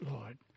Lord